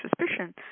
suspicion